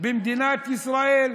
במדינת ישראל.